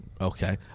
Okay